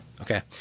Okay